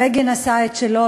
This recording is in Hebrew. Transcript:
הבגין עשה את שלו,